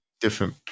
different